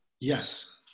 Yes